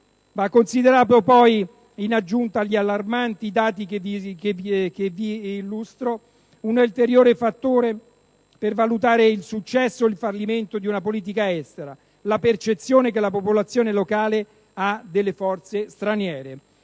considerato poi, in aggiunta agli allarmanti dati che vi illustro, un ulteriore fattore per valutare il successo o il fallimento di una politica estera: la percezione che la popolazione locale ha delle forze straniere.